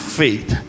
faith